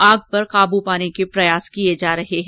आग पर काबू पाने के प्रयास किये जा रहे हैं